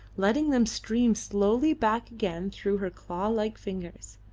letting them stream slowly back again through her claw-like fingers.